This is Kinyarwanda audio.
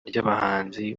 ry’abahanzi